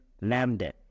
Lambda